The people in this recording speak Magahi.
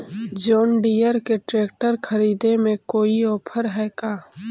जोन डियर के ट्रेकटर खरिदे में कोई औफर है का?